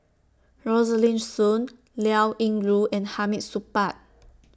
Rosaline Soon Liao Yingru and Hamid Supaat